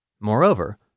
Moreover